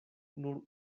nur